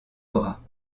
bras